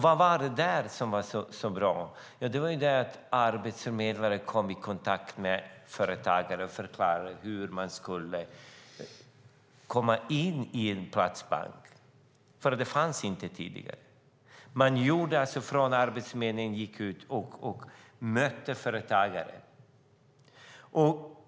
Vad var det då som var så bra? Jo, det var att arbetsförmedlare kom i kontakt med företagare och förklarade hur man skulle komma in i Platsbanken. Detta fanns inte tidigare. Från Arbetsförmedlingen gick man ut och mötte företagare.